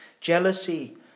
jealousy